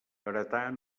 heretar